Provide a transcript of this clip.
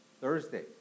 Thursday